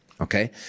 Okay